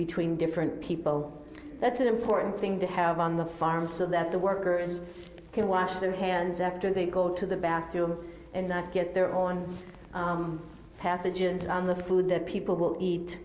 between different people that's an important thing to have on the farm so that the workers can wash their hands after they go to the bathroom and not get their own pathogens on the food that people will eat